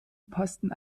posten